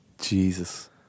Jesus